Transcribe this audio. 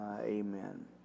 Amen